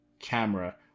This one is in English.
camera